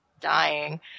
dying